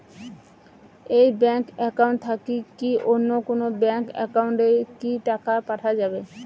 এই bank account থাকি কি অন্য কোনো ব্যাংক একাউন্ট এ কি টাকা পাঠা যাবে?